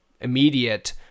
immediate